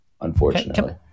Unfortunately